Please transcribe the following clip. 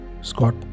scott